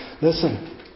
listen